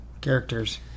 characters